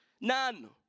None